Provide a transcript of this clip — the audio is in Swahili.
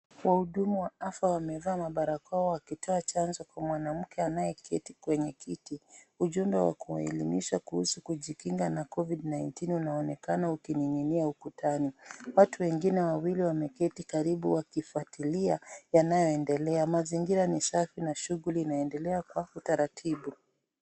Wahudumu wa afya wamevaa mabarakoa wakitoa chanjo kwa mwanamke anayeketi kwenye kiti ujumbe wakuelimisha kuhusu kujikinga na (cs)COVID-19(cs) unaonekana ukininginia ukutani, watu wengine wawili wameketi karibu wakifuatilia yanayoendelea. Mazingira ni safi na shughuli inaendelea kwa utaratibu.